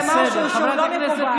זה משהו שהוא לא מקובל.